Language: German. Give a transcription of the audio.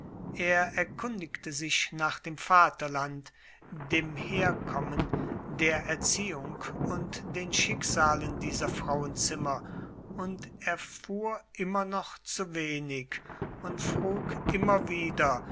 er erkundigte sich nach dem vaterland dem herkommen der erziehung und den schicksalen dieser frauenzimmer und erfuhr immer noch zu wenig und frug immer wieder